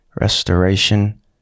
restoration